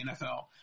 NFL